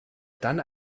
dann